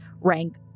rank